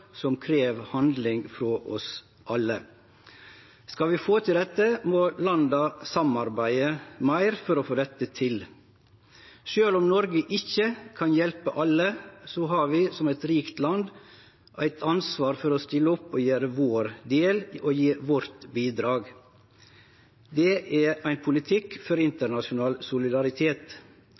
som krev handling frå oss alle. Skal vi få til dette, må landa samarbeide meir. Sjølv om Noreg ikkje kan hjelpe alle, har vi som eit rikt land eit ansvar for å stille opp og gjere vår del og gje vårt bidrag. Det er ein politikk for internasjonal solidaritet,